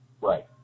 Right